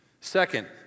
Second